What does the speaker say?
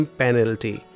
penalty